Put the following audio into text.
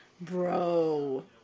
Bro